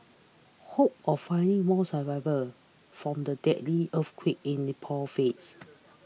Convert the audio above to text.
hope of finding more survivors from the deadly earthquake in Nepal fades